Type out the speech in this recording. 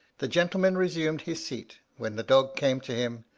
the gentleman resumed his seat, when the dog came to him,